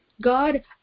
God